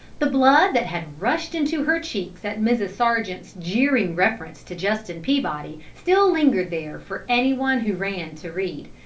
the blood that had rushed into her cheeks at mrs. sargent's jeering reference to justin peabody still lingered there for any one who ran to read,